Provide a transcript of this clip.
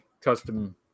custom